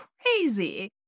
crazy